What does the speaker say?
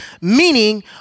meaning